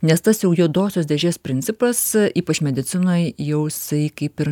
nes tas jau juodosios dėžės principas ypač medicinoj jau jisai kaip ir